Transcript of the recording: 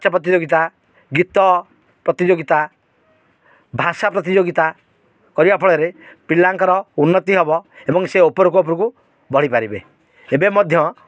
ନାଚ ପ୍ରତିଯୋଗିତା ଗୀତ ପ୍ରତିଯୋଗିତା ଭାଷା ପ୍ରତିଯୋଗିତା କରିବା ଫଳରେ ପିଲାଙ୍କର ଉନ୍ନତି ହେବ ଏବଂ ସେ ଉପରକୁ ଉପରକୁ ବଢ଼ିପାରିବେ ଏବେ ମଧ୍ୟ